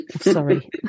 Sorry